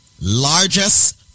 largest